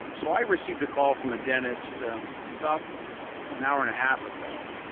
so, i received a call from a dentist about an hour and a half ago.